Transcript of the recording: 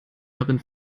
darin